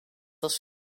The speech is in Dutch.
als